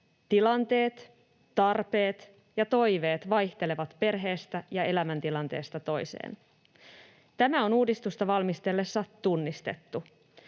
Tilanteet, tarpeet ja toiveet vaihtelevat perheestä ja elämäntilanteesta toiseen. Tämä on uudistusta valmisteltaessa tunnistettu.